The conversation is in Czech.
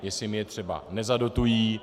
Jestli mi je třeba nezadotují.